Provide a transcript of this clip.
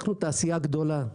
אנחנו תעשייה גדולה,